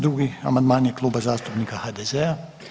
Drugi amandman je Kluba zastupnika HDZ-a.